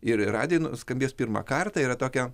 ir radijuj nuskambės pirmą kartą yra tokia